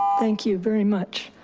thank you very much.